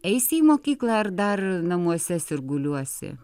eisi į mokyklą ar dar namuose sirguliuosi